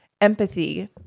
empathy